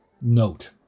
note